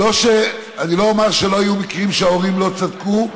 אני לא אומר שלא היו מקרים שהורים צדקו,